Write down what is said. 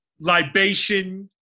Libation